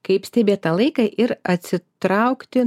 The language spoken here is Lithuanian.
kaip stebėt tą laiką ir atsitraukti